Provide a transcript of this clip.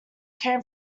came